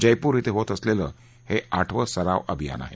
जयपूर यें होत असलेलं हे आठवं सराव अभियान आहे